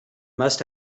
must